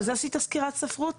על זה עשית סקירת ספרות?